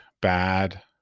bad